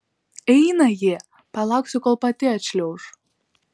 eina ji palauksiu kol pati atšliauš